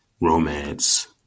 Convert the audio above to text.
romance